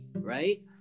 right